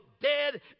dead